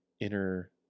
inner